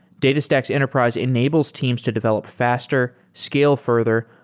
datastax enterprise enables teams to develop faster, scale further,